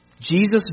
Jesus